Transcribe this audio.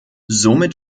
somit